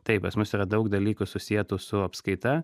taip pas mus yra daug dalykų susietų su apskaita